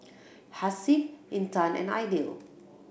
Hasif Intan and Aidil